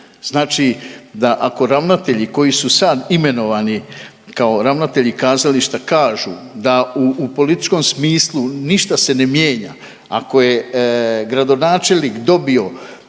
Znači da ako ravnatelji koji su sad imenovani kao ravnatelji kazališta kažu da u političkom smislu ništa se ne mijenja, ako je gradonačelnik dobio